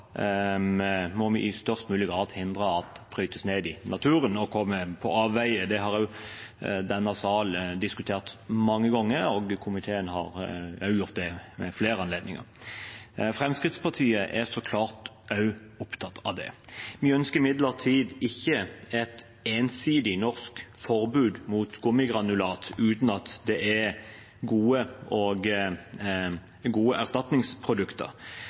på avveier. Det har denne salen diskutert mange ganger, og komiteen har også gjort det ved flere anledninger. Fremskrittspartiet er så klart også opptatt av dette. Vi ønsker imidlertid ikke et ensidig norsk forbud mot gummigranulat uten at det er gode erstatningsprodukter. Etter en diskusjon og